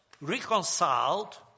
reconciled